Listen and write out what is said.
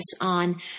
on